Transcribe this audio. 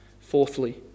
Fourthly